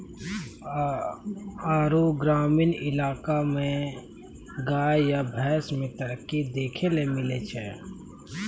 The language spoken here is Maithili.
आरु ग्रामीण इलाका मे गाय या भैंस मे तरक्की देखैलै मिलै छै